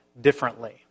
differently